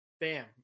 Bam